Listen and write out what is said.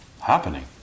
happening